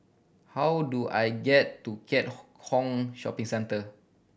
how do I get to Keat Hong Shopping Centre